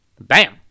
Bam